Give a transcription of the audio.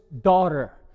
daughter